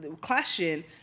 clashing